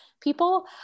people